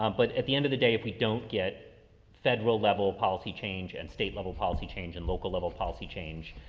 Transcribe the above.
um but at the end of the day, if we don't get federal level policy change and state level change and local level policy change,